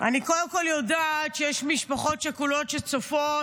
אני קודם-כול יודעת שיש משפחות שכולות שצופות,